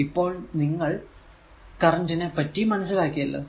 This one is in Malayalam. ഇപ്പോൾ നിങ്ങൾ കറന്റിനെ പറ്റി മനസ്സിലാക്കിയല്ലോ